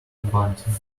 bunting